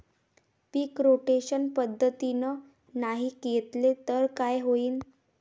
पीक rotation पद्धतीनं नाही घेतलं तर काय होईन?